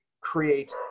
create